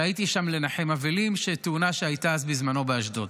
הייתי שם לנחם אבלים, תאונה שהייתה בזמנו באשדוד.